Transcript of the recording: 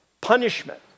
punishment